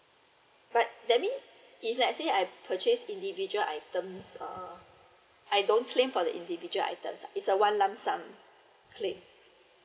that means let's say I purchase individual items um I don't claim for the individual items is a one lump sum claim